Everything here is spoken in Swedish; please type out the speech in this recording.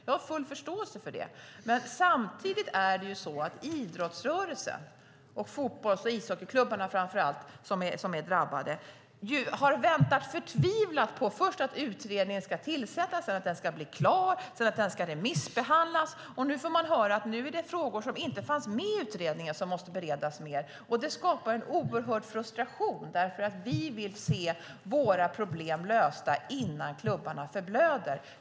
Jag har full förståelse för det, men samtidigt har idrottsrörelsen, framför allt fotbolls och ishockeyklubbarna som är drabbade, väntat förtvivlat på att utredningen först skulle tillsättas, sedan att den skulle bli klar och sedan att den skulle remissbehandlas - och nu får man höra att frågor som inte fanns med i utredningen måste beredas mer. Det skapar en oerhörd frustration, därför att vi vill se problemen lösta innan klubbarna förblöder.